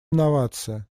инновация